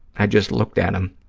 i just looked at him,